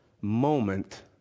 moment